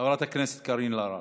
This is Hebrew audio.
חברת הכנסת קארין אלהרר.